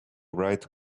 write